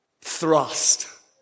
thrust